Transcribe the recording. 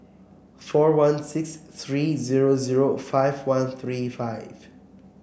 four one six three zero zero five one three five